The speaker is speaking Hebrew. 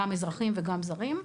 גם אזרחים וגם זרים,